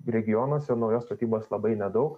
regionuose naujos statybos labai nedaug